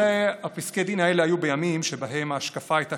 פסקי הדין האלה היו בימים שבהם ההשקפה הייתה